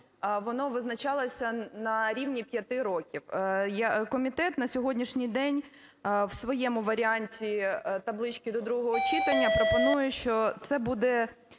воно визначалося на рівні п'яти років. Комітет на сьогоднішній день в своєму варіанті таблички до другого читання пропонує, що це буде